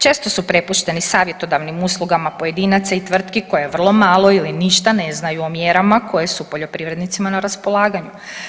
Često su prepušteni savjetodavnim uslugama pojedinaca i tvrtki koja vrlo malo ili ništa ne znaju o mjerama koje su poljoprivrednicima na raspolaganju.